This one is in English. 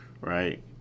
right